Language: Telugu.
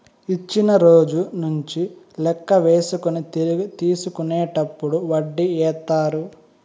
ఇచ్చిన రోజు నుంచి లెక్క వేసుకొని తిరిగి తీసుకునేటప్పుడు వడ్డీ ఏత్తారు